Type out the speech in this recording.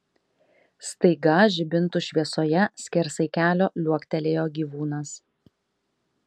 staiga žibintų šviesoje skersai kelio liuoktelėjo gyvūnas